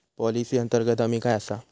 Policy अंतर्गत हमी काय आसा?